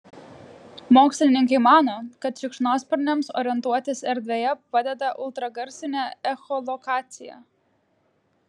mokslininkai mano kad šikšnosparniams orientuotis erdvėje padeda ultragarsinė echolokacija